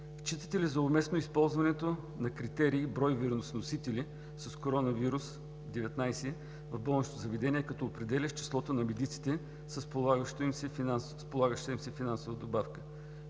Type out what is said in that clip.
Считате ли за уместно използването на критерия „брой вирусоносители с COVID-19 в болнично заведение“ като определящ числото на медиците с полагаща им се финансова добавка?